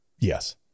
Yes